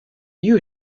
you